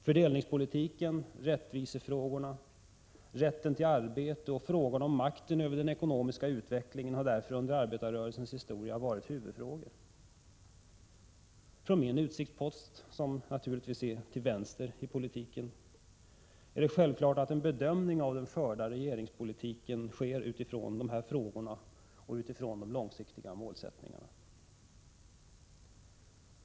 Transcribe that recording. Fördelningspolitiken, rättvisefrågorna, rätten till arbete och frågorna om makten över den ekonomiska utvecklingen har därför under arbetarrörelsens historia varit huvudfrågor. Från min utsiktspost — naturligtvis till vänster i politiken — är det självklart att en bedömning av den förda regeringspolitiken görs med utgångspunkt i dessa frågor och i de långsiktiga målsättningarna.